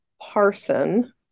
Parson